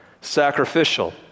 sacrificial